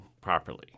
properly